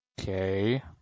Okay